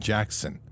Jackson